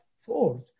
force